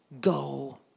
go